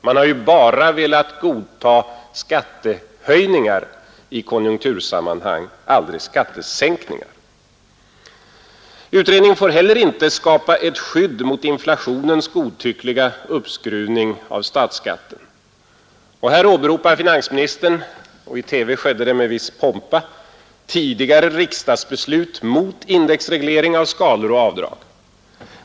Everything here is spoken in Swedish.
Man har ju bara velat godta skattehöjningar i konjunktursammanhang, aldrig skattesänkningar. Utredningen får heller inte skapa ett skydd mot inflationens godtyckliga uppskruvning av statsskatten. Här åberopar finansministern — i TV skedde det med viss pompa — tidigare riksdagsbeslut mot indexreglering av skalor och avdrag.